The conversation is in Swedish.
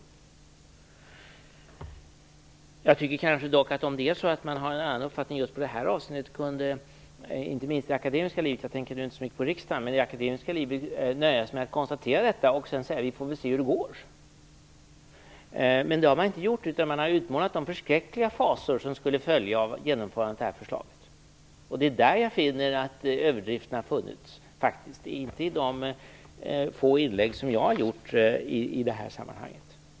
Om man - och jag tänker då på det akademiska livet och kanske inte så mycket på riksdagen - har en annan uppfattning just i det här avseendet tycker jag att man kunde nöja sig med att konstatera detta och sedan säga att vi får se hur det går. Det har man emellertid inte gjort, utan man har utmålat de förskräckliga fasor som skulle följa av genomförandet av det här förslaget. Det är där överdrifterna har funnits och inte i de få inlägg som jag har gjort i det här sammanhanget.